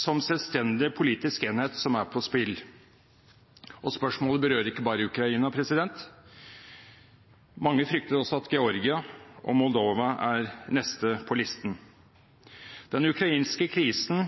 som en selvstendig politisk enhet som står på spill. Spørsmålet berører ikke bare Ukraina, mange frykter at Georgia og Moldova er de neste på listen. Den ukrainske krisen